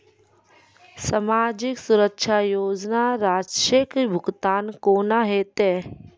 समाजिक सुरक्षा योजना राशिक भुगतान कूना हेतै?